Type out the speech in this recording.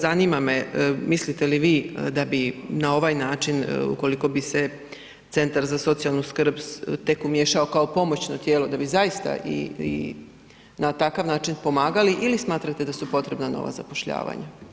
Zanima me, mislite li vi da bi na ovaj način, ukoliko bi se Centar za socijalnu skrb tek umiješao kao pomoćno tijelo, da bi zaista i na takav način pomagali ili smatrate da su potrebna nova zapošljavanja?